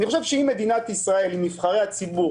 אם נבחרי הציבור